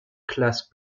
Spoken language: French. classe